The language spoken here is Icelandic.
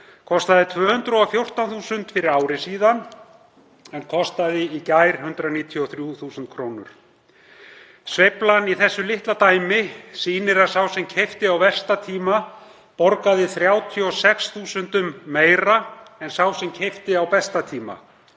kostaði 214.000 fyrir ári síðan en kostaði í gær 193.000 kr. Sveiflan í þessu litla dæmi sýnir að sá sem keypti á versta tíma borgaði 36 þúsundum meira en sá sem keypti á besta tíma.